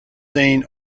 seen